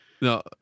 No